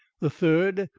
the third,